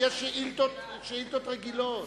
יש שאילתות רגילות.